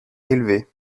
élevée